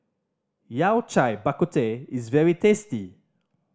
Yao Cai Bak Kut Teh is very tasty